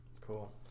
Cool